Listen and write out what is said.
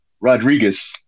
Rodriguez